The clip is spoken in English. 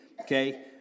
okay